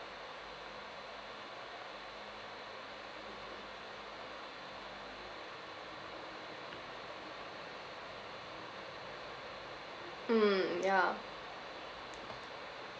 mm ya